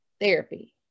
therapy